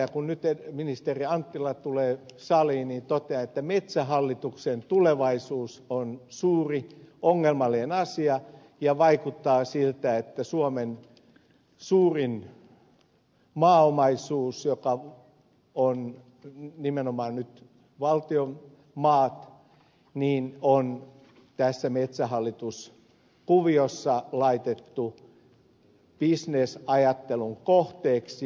ja kun nyt ministeri anttila tulee saliin niin totean että metsähallituksen tulevaisuus on suuri ongelmallinen asia ja vaikuttaa siltä että suomen suurin maaomaisuus nimenomaan valtion maat on tässä metsähallituksen kuviossa laitettu bisnesajattelun kohteeksi